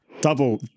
Double